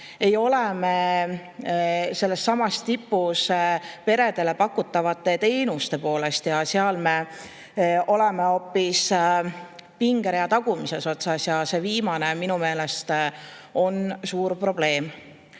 ei ole me sellessamas tipus peredele pakutavate teenuste poolest. Seal me oleme hoopis pingerea tagumises otsas ja see viimane on minu meelest suur probleem.